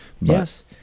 yes